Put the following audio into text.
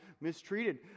mistreated